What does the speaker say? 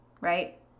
right